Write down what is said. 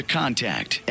contact